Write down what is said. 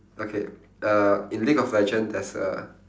okay uh in league of legend there's a